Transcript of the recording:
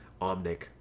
omnic